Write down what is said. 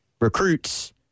recruits